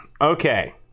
Okay